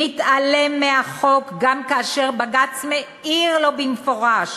מתעלם מהחוק גם כאשר בג"ץ מעיר לו במפורש,